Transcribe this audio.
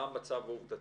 מה המצב העובדתי?